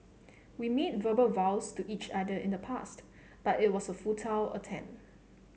we made verbal vows to each other in the past but it was a futile attempt